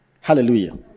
Hallelujah